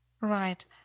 right